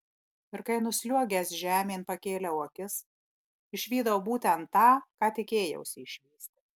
ir kai nusliuogęs žemėn pakėliau akis išvydau būtent tą ką tikėjausi išvysti